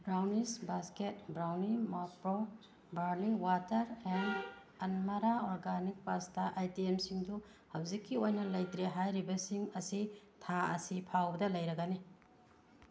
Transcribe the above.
brownies basket ꯕ꯭ꯔꯥꯎꯟꯅꯤ ꯃꯥꯄ꯭ꯔꯣ barley water and ꯑꯟꯃꯔꯥ ꯑꯣꯔꯒꯥꯅꯤꯛ ꯄꯥꯁꯇꯥ ꯑꯥꯏꯇꯦꯝꯁꯤꯡꯗꯨ ꯍꯧꯖꯤꯛꯀꯤ ꯑꯣꯏꯅ ꯂꯩꯇ꯭ꯔꯦ ꯍꯥꯏꯔꯤꯕꯁꯤꯡ ꯑꯁꯤ ꯊꯥ ꯑꯁꯤ ꯐꯥꯎꯕꯗ ꯂꯩꯔꯒꯅꯤ